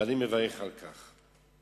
ואני מברך על כך.